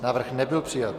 Návrh nebyl přijat.